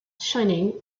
shining